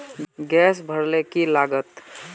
Gas भरले की लागत?